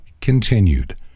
continued